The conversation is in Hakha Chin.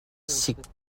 sik